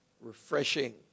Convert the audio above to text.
refreshing